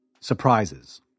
Surprises